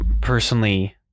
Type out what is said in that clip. personally